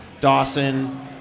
Dawson